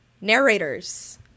narrators